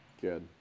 good